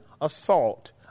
assault